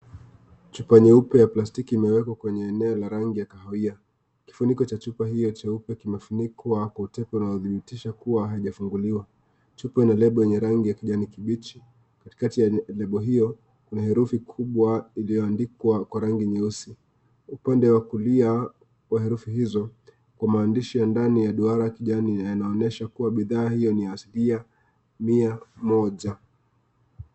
Chupa nyeupe ya plastiki imewekwa kwenye eneo la rangi ya kahawia. Kifuniko cha hii ya cheupe kimefunikwa na kuthibitisha kuwa haijafunguliwa. Chupa label rangi kijani kibichi katikati ya label hiyo kuna herufi kubwa iliyoandikwa kwa rangi nyeusi. Upande wa kulia wa herufi hizo kwa maandishi ya ndani ya duara kijani yanaonyesha bidaa hiyi ni ya asilia mia moja.